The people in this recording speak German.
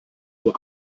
nur